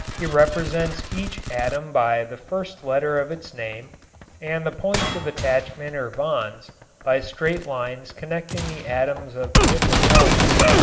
he represents each atom by the first letter of its name and the points of attachment or bonds by straight lines connecting the atoms of the different elements.